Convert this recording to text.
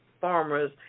farmers